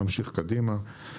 נמשיך קדימה.